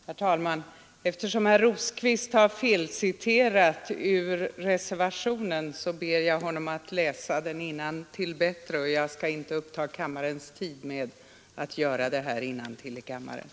Herr talman! Eftersom herr Rosqvist har felciterat ur reservationen ber jag honom att läsa den bättre innantill. Jag skall inte uppta kammarens tid med att läsa innantill ur reservationen.